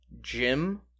Jim